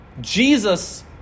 Jesus